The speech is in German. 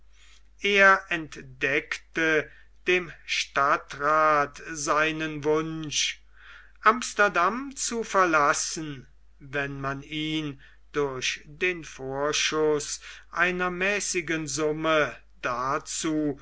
er entdeckte dem stadtrath seinen wunsch amsterdam zu verlassen wenn man ihn durch den vorschuß einer mäßigen summe dazu